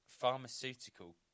pharmaceutical